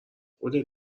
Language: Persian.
خودت